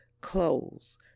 clothes